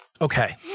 Okay